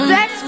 Sex